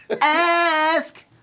Ask